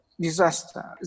disaster